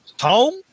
home